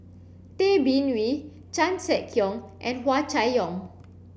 Tay Bin Wee Chan Sek Keong and Hua Chai Yong